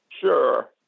Sure